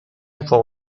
فوق